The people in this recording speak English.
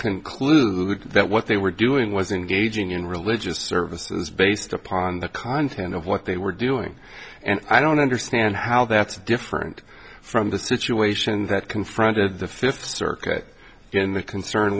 conclude that what they were doing was engaging in religious services based upon the content of what they were doing and i don't understand how that's different from the situation that confronted the fifth circuit in the concern